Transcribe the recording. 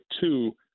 two